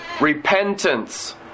repentance